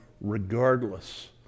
regardless